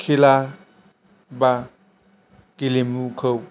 खेला बा गेलेमुखौ